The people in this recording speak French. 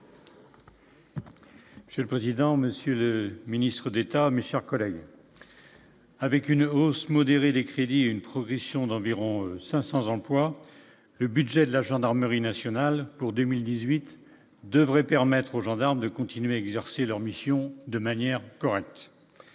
C'est le président, Monsieur le Ministre d'État Michard. Avec une hausse modérée des crédits une progression d'environ 500 emplois le budget de la gendarmerie nationale pour 2018 devrait permettre aux gendarmes de continuer à exercer leur mission de manière correcte